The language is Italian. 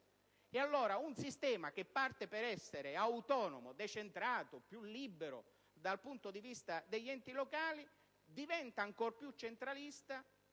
allora che parte per essere autonomo, decentrato e più libero dal punto di vista degli enti locali, diventa ancor più centralista